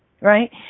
right